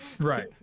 Right